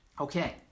Okay